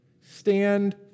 stand